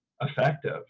effective